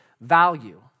value